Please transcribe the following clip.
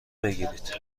بگیرید